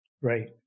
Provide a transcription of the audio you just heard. right